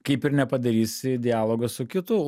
kaip ir nepadarysi dialogo su kitu